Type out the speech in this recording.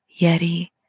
Yeti